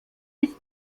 ist